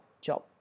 job